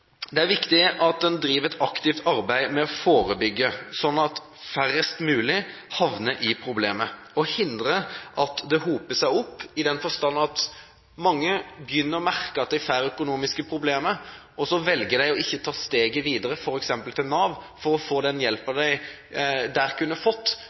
Det er viktig at en driver et aktivt arbeid for å forebygge, slik at færrest mulig havner i problemer, at en hindrer at det hoper seg opp – i den forstand at når mange begynner å merke at de får økonomiske problemer, velger de å ikke ta steget videre, f.eks. til Nav, for å få den hjelpen de der kunne fått